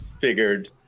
figured